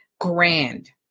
grand